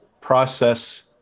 process